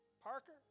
Parker